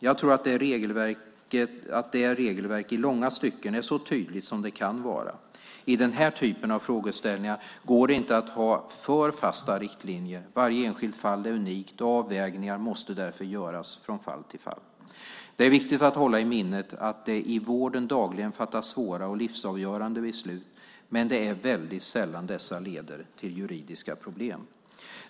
Jag tror att detta regelverk i långa stycken är så tydligt som det kan vara. I den här typen av frågeställningar går det inte att ha för fasta riktlinjer. Varje enskilt fall är unikt och avvägningar måste därför göras från fall till fall. Det är viktigt att hålla i minnet att det i vården dagligen fattas svåra och livsavgörande beslut, men det är väldigt sällan dessa leder till juridiska problem.